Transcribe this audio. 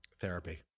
therapy